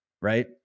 right